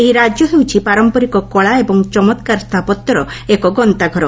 ଏହି ରାକ୍ୟ ହେଉଛି ପାରମ୍ମରିକ କଳା ଏବଂ ଚମକ୍କାର ସ୍ରାପତ୍ୟର ଏକ ଗନ୍ତାଘର